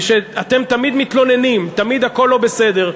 היא שאתם תמיד מתלוננים, תמיד הכול לא בסדר.